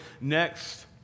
next